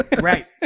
Right